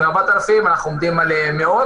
לישראל.